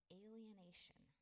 alienation